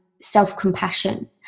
Self-compassion